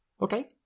okay